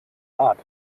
rat